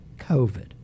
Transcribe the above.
COVID